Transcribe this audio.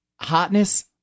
hotness